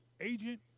agent